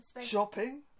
shopping